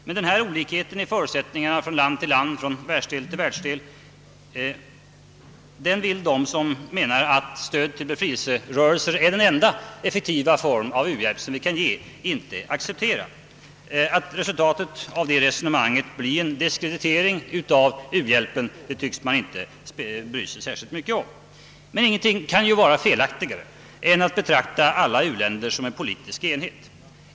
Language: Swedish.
Men denna olikhet i förutsättningarna från land till land, från världsdel till världsdel vill de icke acceptera, som menar att stöd till befrielserörelser är den enda effektiva formen av u-hjälp. Att resultatet av detta resonemang blir en misskreditering av u-hjälpen tycks man inte bry sig mycket om. Ingenting kan emellertid vara felaktigare än att betrakta alla u-länder som en politisk enhet.